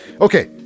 Okay